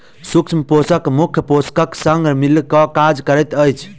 सूक्ष्म पोषक मुख्य पोषकक संग मिल क काज करैत छै